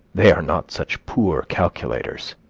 they are not such poor calculators.